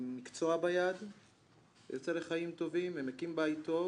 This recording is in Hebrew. עם מקצוע ביד יוצא לחיים טובים ומקים בית טוב,